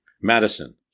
Madison